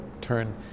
turn